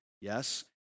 Yes